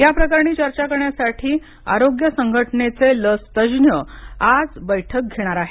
या प्रकरणी चर्चा करण्यासाठी आरोग्य संघटनेचे लस तज्ज्ञ आज बैठक घेणार आहेत